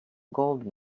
gold